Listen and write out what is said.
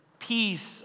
Peace